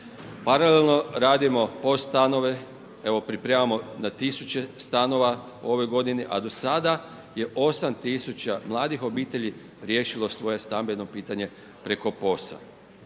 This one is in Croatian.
se ne razumije./… stanove, evo pripremamo na 1000 stanova ove g. a do sada je 8000 mladih obitelji riješilo svoje stambeno pitanje preko POS-a.